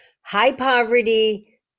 high-poverty